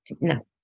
No